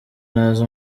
ntazi